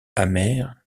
amère